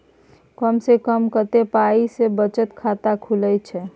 कम से कम कत्ते पाई सं बचत खाता खुले छै?